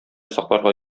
сакларга